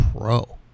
Pro